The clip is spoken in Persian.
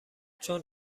چون